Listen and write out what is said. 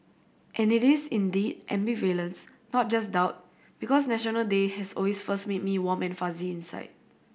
and it is indeed ambivalence not just doubt because National Day has always first made me warm and fuzzy inside